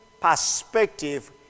perspective